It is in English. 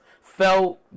fell